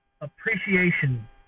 appreciation